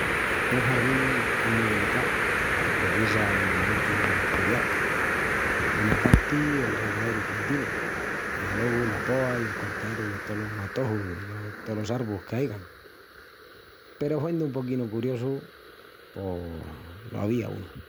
Un jardín es mu delicau porque precisa muchus cudiaus. Duna parti, el regaeru continu i alogu la poa i el cortaeru de tolos matojus i tolos arvus que aigan. Peru huendu un poquinu curiosu pos lo avía unu.